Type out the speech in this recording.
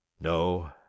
no